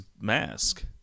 mask